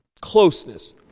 closeness